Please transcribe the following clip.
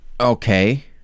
Okay